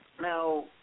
Now